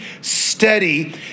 steady